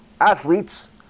athletes